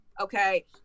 okay